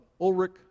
Ulrich